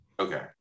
Okay